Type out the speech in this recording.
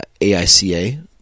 AICA